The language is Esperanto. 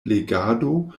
legado